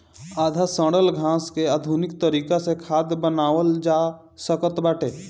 आधा सड़ल घास के आधुनिक तरीका से खाद बनावल जा सकत बाटे